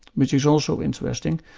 which is also interesting,